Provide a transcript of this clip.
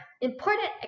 important